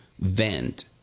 vent